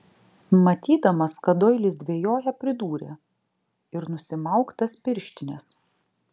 matydamas kad doilis dvejoja pridūrė ir nusimauk tas pirštines